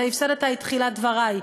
אתה הפסדת את תחילת דברי,